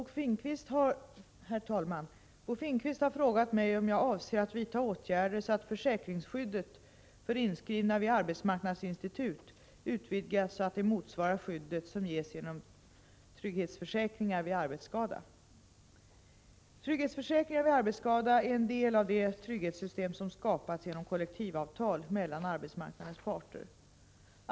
Herr talman! Bo Finnkvist har frågat mig om jag avser att vidta åtgärder så att försäkringsskyddet för inskrivna vid arbetsmarknadsinstitut utvidgas så att det motsvarar skyddet som ges genom trygghetsförsäkringar vid arbetsskada . Trygghetsförsäkringar vid arbetsskada är en del av det trygghetssystem som skapats genom kollektivavtal mellan arbetsmarknadens parter.